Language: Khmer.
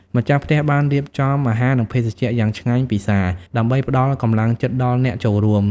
ម្ចាស់ផ្ទះបានរៀបចំអាហារនិងភេសជ្ជៈយ៉ាងឆ្ងាញ់ពិសាដើម្បីផ្តល់កម្លាំងចិត្តដល់អ្នកចូលរួម។